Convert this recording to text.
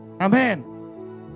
Amen